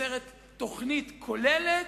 שיוצרת תוכנית כוללת,